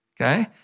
okay